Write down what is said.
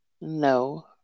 No